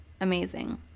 amazing